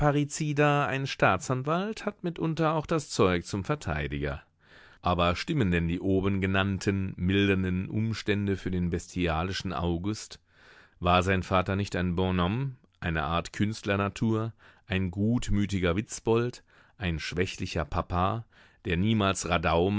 ein staatsanwalt hat mitunter auch das zeug zum verteidiger aber stimmen denn die obengenannten mildernden umstände für den bestialischen august war sein vater nicht ein bonhomme eine art künstlernatur ein gutmütiger witzbold ein schwächlicher papa der niemals radau